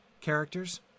characters